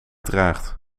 draagt